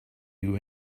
you